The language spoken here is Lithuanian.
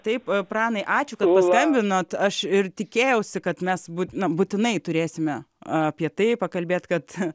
taip pranai ačiū kad paskambinot aš ir tikėjausi kad mes na būtinai turėsime apie tai pakalbėt kad